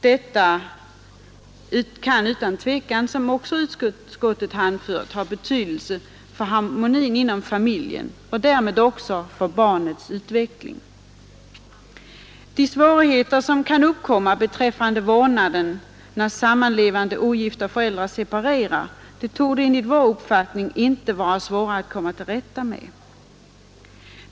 Detta kan utan tvivel — som utskottet också anfört — ha betydelse för harmonin inom familjen och därmed för barnets utveckling. De svårigheter som kan uppkomma beträffande vårdnaden när sammanlevande ogifta föräldrar separerar torde enligt vår uppfattning inte vara svåra att komma till rätta med.